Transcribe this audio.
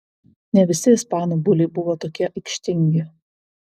ne visi ispanų buliai buvo tokie aikštingi